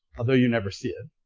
although you never see it.